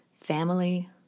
family